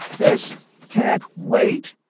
this can't wait,